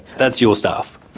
that's your staff.